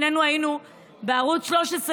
שנינו היינו בערוץ 13,